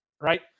right